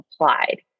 applied